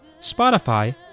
Spotify